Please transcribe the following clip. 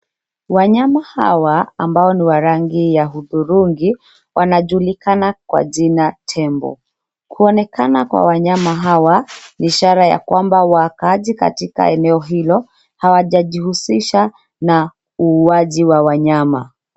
Wanyama hawa ambao ni wa rangi ya hudhurungi, wanajulikana kwa jina tembo. Kuonekana kwa wanyama hawa ni ishara ya kwamba wakaaji katika eneo hilo hawajajihusisha na uuwaji wa wanyama.